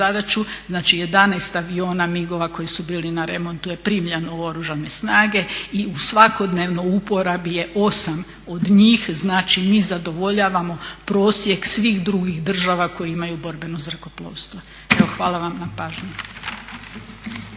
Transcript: Znači 11 aviona MIG-ova koji su bili na remontu je primljeno u Oružane snage i u svakodnevnoj uporabi je 8 od njih. Znači mi zadovoljavamo prosjek svih drugih država koje imaju borbeno zrakoplovstvo. Evo hvala vam na pažnji.